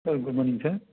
sir good morning sir